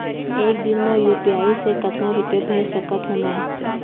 एक दिन म यू.पी.आई से कतना रुपिया भेज सकत हो मैं?